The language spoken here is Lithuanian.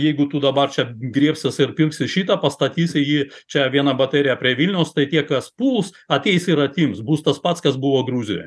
jeigu tu dabar čia griebsies ir pirksi šitą pastatysi jį čia vieną bateriją prie vilniaus tai tie kas puls ateis ir atims bus tas pats kas buvo gruzijoj